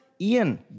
Ian